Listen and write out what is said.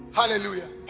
hallelujah